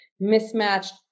mismatched